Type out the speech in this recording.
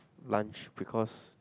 lunch because